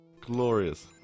Glorious